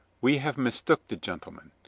we have mistook the gentleman,